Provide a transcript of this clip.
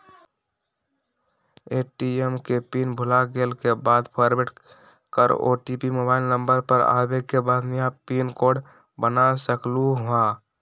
ATM के pin भुलागेल के बाद फोरगेट कर ओ.टी.पी मोबाइल नंबर पर आवे के बाद नया पिन कोड बना सकलहु ह?